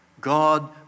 God